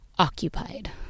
Occupied